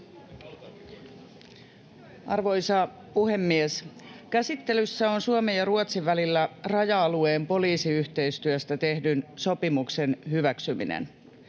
Arvoisa puhemies! Käsittelyssä on Suomen ja Ruotsin välillä raja-alueen poliisiyhteistyöstä tehdyn sopimuksen hyväksyminen.